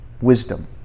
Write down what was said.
wisdom